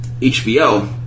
HBO